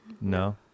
No